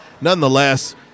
Nonetheless